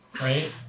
right